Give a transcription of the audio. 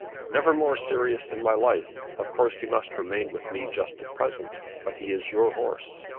never more serious in my life. of course he must remain with me just at present, but he is your horse.